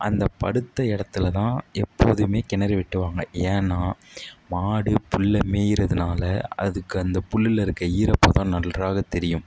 அந்த படுத்த இடத்துல தான் எப்போதுமே கிணறு வெட்டுவாங்க ஏன்னால் மாடு புல்லை மேயிறதுனால் அதுக்கு அந்த புல்லில் இருக்கற ஈரப்பதம் நன்றாக தெரியும்